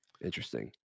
Interesting